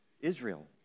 Israel